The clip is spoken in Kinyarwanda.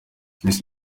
miss